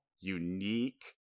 unique